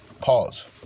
Pause